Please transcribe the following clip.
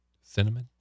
Cinnamon